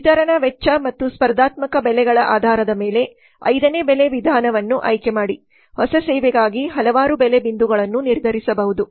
ವಿತರಣಾ ವೆಚ್ಚ ಮತ್ತು ಸ್ಪರ್ಧಾತ್ಮಕ ಬೆಲೆಗಳ ಆಧಾರದ ಮೇಲೆ ಐದನೇ ಬೆಲೆ ವಿಧಾನವನ್ನು ಆಯ್ಕೆ ಮಾಡಿ ಹೊಸ ಸೇವೆಗಾಗಿ ಹಲವಾರು ಬೆಲೆ ಬಿಂದುಗಳನ್ನು ನಿರ್ಧರಿಸಬಹುದು